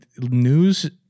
news